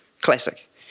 classic